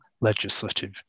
legislative